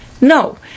No